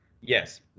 Yes